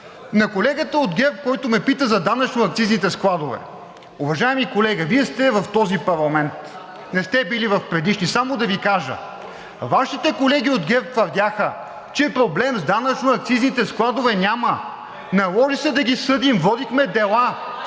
На колегата от ГЕРБ, който ме пита за данъчно-акцизните складове. Уважаеми колега, Вие сте в този парламент, не сте били в предишни. Само да Ви кажа: Вашите колеги от ГЕРБ твърдяха, че проблем с данъчно-акцизните складове няма! Наложи се да ги съдим, водихме дела,